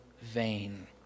vain